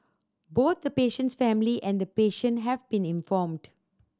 both the patient's family and the patient have been informed